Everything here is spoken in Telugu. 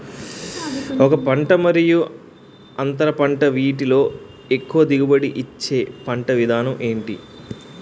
ఒక పంట మరియు అంతర పంట వీటిలో ఎక్కువ దిగుబడి ఇచ్చే పంట విధానం ఏంటి?